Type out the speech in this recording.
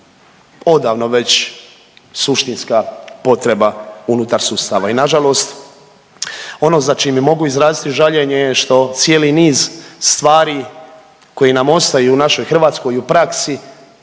odavno već suštinska potreba unutar sustava i nažalost ono za čime mogu izraziti žaljenje je što cijeli niz stvari koji nam ostaju u našoj Hrvatskoj i u praksi